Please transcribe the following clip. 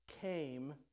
came